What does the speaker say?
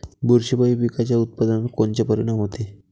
बुरशीपायी पिकाच्या उत्पादनात कोनचे परीनाम होते?